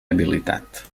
habilitat